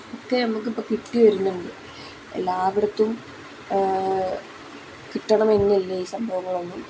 ഒക്കെ നമുക്കിപ്പം കിട്ടി വരുന്നുണ്ട് എല്ലായിടത്തും കിട്ടണമെന്നില്ല ഈ സംഭവങ്ങളൊന്നും